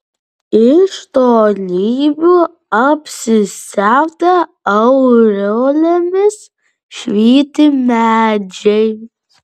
iš tolybių apsisiautę aureolėmis švyti medžiai